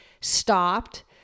stopped